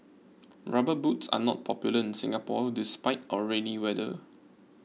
rubber boots are not popular in Singapore despite our rainy weather